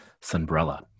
Sunbrella